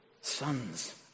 sons